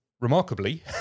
remarkably